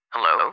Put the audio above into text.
Hello